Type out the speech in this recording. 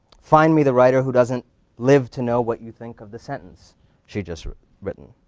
find me the writer who doesn't live to know what you think of the sentence she'd just written.